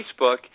Facebook